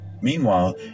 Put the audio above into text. Meanwhile